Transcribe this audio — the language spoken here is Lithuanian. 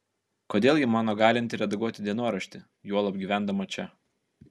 kodėl ji mano galinti redaguoti dienoraštį juolab gyvendama čia